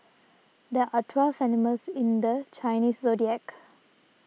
there are twelve animals in the Chinese zodiac